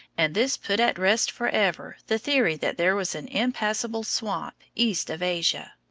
and this put at rest forever the theory that there was an impassable swamp east of asia.